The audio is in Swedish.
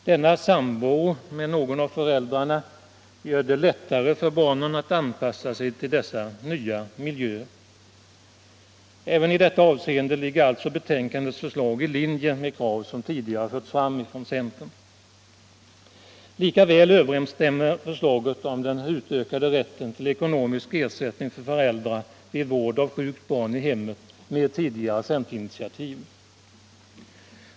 Denna samvaro med någon av föräldrarna gör det lättare för barnen att anpassa sig till dessa nya miljöer. Även i detta avseende ligger alltså betänkandets förslag i linje med krav som tidigare förts fram från centern. Lika väl överensstämmer förslaget om utökad rätt för föräldrar att ta hand om sjukt barn i hemmet med tidigare centerinitiativ.